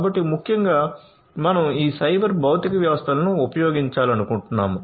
కాబట్టి ముఖ్యంగా మనం ఈ సైబర్ భౌతిక వ్యవస్థలను ఉపయోగించాలనుకుంటున్నాము